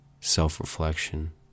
self-reflection